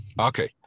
Okay